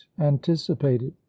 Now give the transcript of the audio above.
anticipated